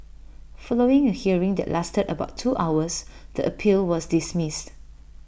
following A hearing that lasted about two hours the appeal was dismissed